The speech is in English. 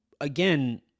again